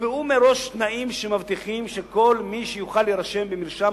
נקבעו מראש תנאים שמבטיחים שכל מי שיוכל להירשם במרשם